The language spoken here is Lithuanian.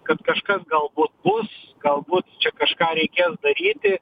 kad kažkas galbūt bus galbūt čia kažką reikės daryti